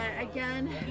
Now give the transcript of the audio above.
again